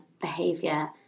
behavior